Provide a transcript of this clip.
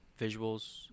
visuals